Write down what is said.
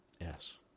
yes